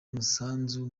umusanzu